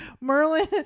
Merlin